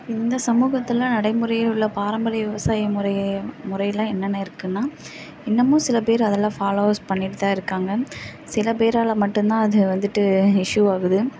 இந்த சமூகத்தில் நடைமுறையில் உள்ள பாரம்பரிய விவசாயம் முறையே முறையில் என்னென்ன இருக்குதுன்னா இன்னுமும் சில பேர் அதெல்லாம் ஃபாலோவஸ் பண்ணிட்டு தான் இருக்காங்க சில பேரால் மட்டும் தான் அது வந்துட்டு இஷ்யூ ஆகுது